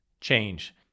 change